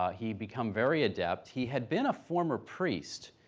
he'd become very adept. he had been a former priest,